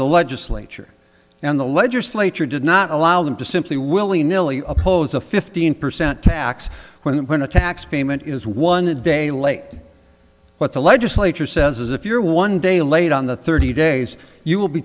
the legislature and the legislature did not allow them to simply willy nilly oppose a fifteen percent tax when a tax payment is one a day late but the legislature says if you're one day late on the thirty days you will be